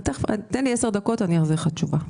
תן לי 10 דקות ואני אחזיר לך תשובה.